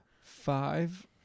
five